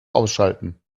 ausschalten